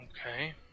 Okay